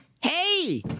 Hey